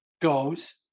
goes